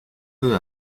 peu